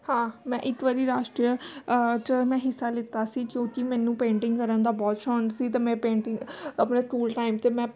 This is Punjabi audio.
ਹਾਂ ਮੈਂ ਇੱਕ ਵਾਰੀ ਰਾਸ਼ਟਰੀ ਆਰਟ 'ਚ ਮੈਂ ਹਿੱਸਾ ਲਿਤਾ ਸੀ ਜੋ ਕਿ ਮੈਨੂੰ ਪੇਂਟਿੰਗ ਕਰਨ ਦਾ ਬਹੁਤ ਸ਼ੌਂਕ ਸੀ ਅਤੇ ਮੈਂ ਪੇਂਟਿੰਗ ਆਪਣੇ ਸਕੂਲ ਟਾਈਮ 'ਤੇ ਮੈਂ